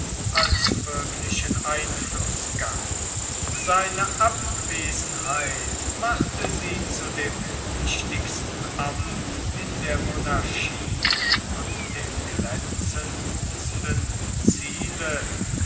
als wirklichen einfluß gab seine abwesenheit machte sie zu dem wichtigsten amt in der monarchie und dem glänzendsten ziele